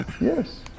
Yes